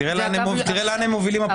תראה לאן הפרקליטות מובילים.